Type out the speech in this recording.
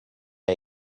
had